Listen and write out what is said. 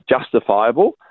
justifiable